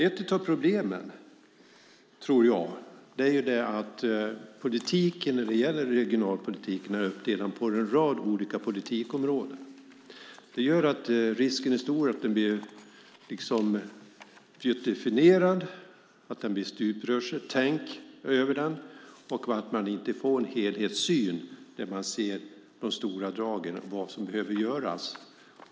Ett av problemen, tror jag, är att regionalpolitiken är uppdelad på en rad olika politikområden. Det gör att risken är stor att den liksom blir fjuttifierad, att det blir ett stuprörstänk över den och att man inte får en helhetssyn där man ser de stora dragen och vad som behöver göras.